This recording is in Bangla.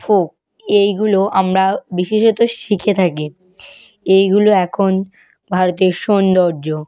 ফোক এইগুলো আমরা বিশেষত শিখে থাকি এইগুলো এখন ভারতের সৌন্দর্য